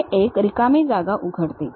ते एक रिकामी जागा उघडते